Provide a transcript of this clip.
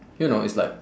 you know it's like